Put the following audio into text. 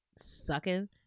sucking